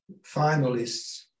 finalists